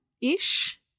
ish